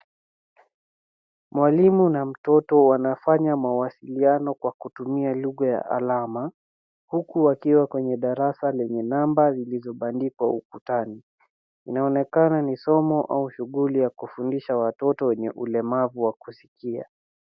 Mwalimu na mtoto wanafanya mawasiliano kwa kutumia lugha ya alama huku wakiwa kwenye darasa lenye namba zilizobandikwa ukutani. Inaonekana ni somo au shughuli ya kufundisha watoto wenye ulemavu wa kusikia.